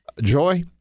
joy